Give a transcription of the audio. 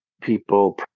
people